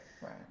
right